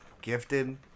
gifted